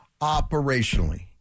operationally